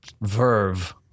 verve